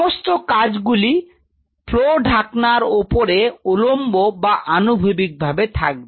সমস্ত কাজ গুলি ফ্লো ঢাকনার ওপরে উলম্ব বা আনুভূমিকভাবে থাকবে